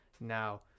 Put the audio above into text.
now